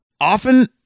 Often